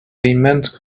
immense